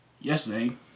yesterday